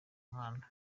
muhanda